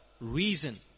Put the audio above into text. Reason